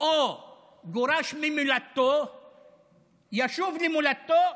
או גורש ממולדתו ישוב למולדתו,